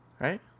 Right